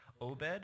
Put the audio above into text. Obed